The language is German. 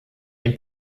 den